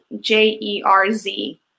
J-E-R-Z